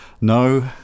No